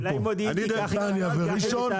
נתניה וראשון,